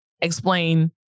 Explain